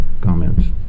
comments